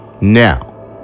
Now